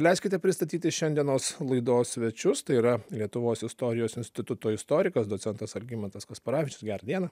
leiskite pristatyti šiandienos laidos svečius tai yra lietuvos istorijos instituto istorikas docentas algimantas kasparavičius gerą dieną